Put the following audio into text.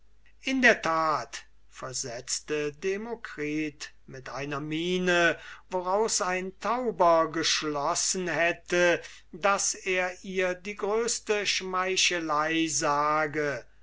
in der tat versetzte demokritus mit einer miene woraus ein tauber geschlossen hätte daß er ihr die größte schmeichelei sage